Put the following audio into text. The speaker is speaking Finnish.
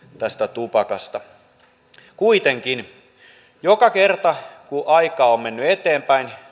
tupakasta kuitenkin joka kerta kun aikaa on mennyt eteenpäin